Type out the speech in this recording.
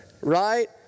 right